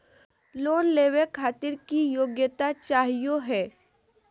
Loan लेवे खातीर की योग्यता चाहियो हे?